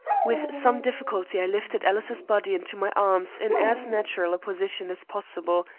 with some difficulty i lifted alice's body into my arms in as natural a position as possible,